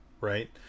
right